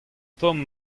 tomm